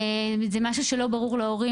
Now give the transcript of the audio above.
זה משהו שלא ברור להורים,